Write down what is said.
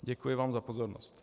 Děkuji vám za pozornost.